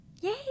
Yay